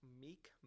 Meek